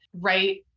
right